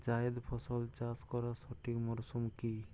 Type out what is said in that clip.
জায়েদ ফসল চাষ করার সঠিক মরশুম কি?